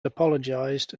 apologized